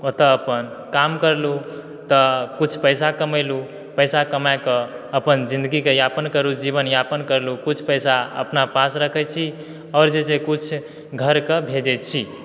ओतऽ अपन काम करलहुॅं तऽ किछु पैसा कमेलहुॅं पैसा कमाकऽ अपन ज़िंदगीकेॅं यापन करूँ जीवन यापन करलहुॅं किछु पैसा अपना पास राखै छी आओर जे छै से किछु घर के भेजै छी